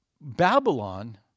Babylon